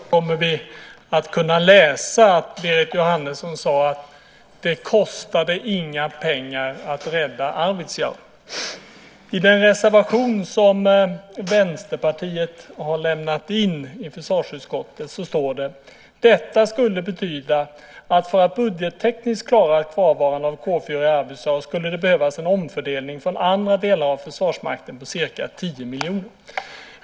Herr talman! Någon gång i morgon kommer vi att kunna läsa att Berit Jóhannesson sade att det inte kostade några pengar att rädda Arvidsjaur. I den reservation som Vänsterpartiet har lämnat in i försvarsutskottet står det att detta skulle betyda att för att budgettekniskt klara ett kvarvarande av K 4 i Arvidsjaur skulle det behövas en omfördelning från andra delar av Försvarsmakten på ca 10 miljoner.